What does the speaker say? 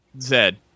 Zed